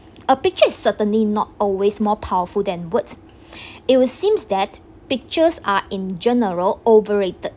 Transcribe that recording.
a picture is certainly not always more powerful than words it would seems that pictures are in general overrated